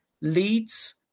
leads